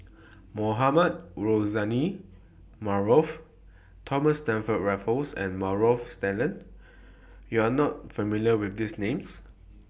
Mohamed Rozani Maarof Thomas Stamford Raffles and Maarof Salleh YOU Are not familiar with These Names